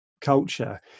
culture